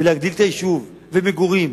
ולהגדיל את היישוב ואת שטחי המגורים.